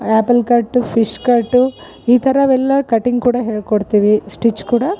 apple cut fish cut ಈತರವೆಲ್ಲ cutting ಕೂಡ ಹೇಳಿಕೊಡ್ತೀವಿ ಸ್ಟಿಚ್ ಕೂಡ